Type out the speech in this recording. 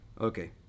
Okay